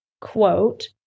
quote